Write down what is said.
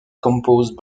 composed